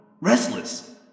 Restless